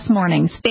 Mornings